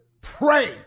Pray